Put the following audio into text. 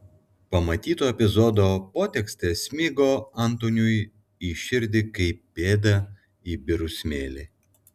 pamatyto epizodo potekstė smigo antoniui į širdį kaip pėda į birų smėlį